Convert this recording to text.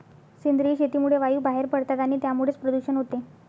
सेंद्रिय शेतीमुळे वायू बाहेर पडतात आणि त्यामुळेच प्रदूषण होते